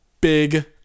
big